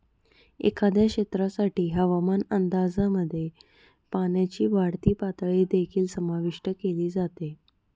एखाद्या क्षेत्रासाठी हवामान अंदाजामध्ये पाण्याची वाढती पातळी देखील समाविष्ट केली जाते